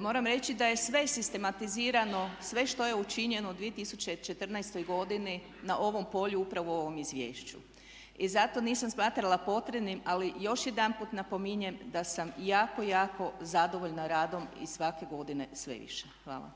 Moram reći da je sve sistematizirano, sve što je učinjeno u 2014. godini na ovom polju upravo u ovom izvješću. I zato nisam smatrala potrebnim ali još jedanput napominjem da sam jako, jako zadovoljna radom i svake godine sve više. Hvala.